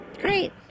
great